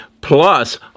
Plus